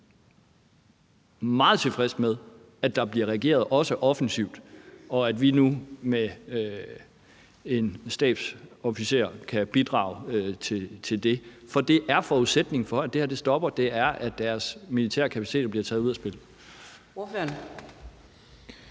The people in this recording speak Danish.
meget tilfreds med, at der bliver reageret også offensivt, og at vi nu med en stabsofficer kan bidrage til det, for forudsætningen for, at det her stopper, er, at deres militære kapaciteter bliver sat ud af spillet.